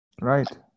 right